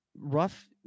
Rough